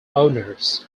owners